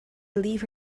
relieve